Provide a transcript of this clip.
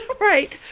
Right